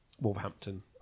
Wolverhampton